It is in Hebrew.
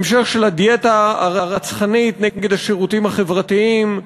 המשך של הדיאטה הרצחנית נגד השירותים החברתיים,